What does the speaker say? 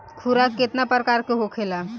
खुराक केतना प्रकार के होखेला?